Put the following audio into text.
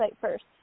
first